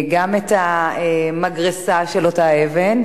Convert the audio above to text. גם את אותה המגרסה של האבן,